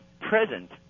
present